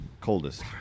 Coldest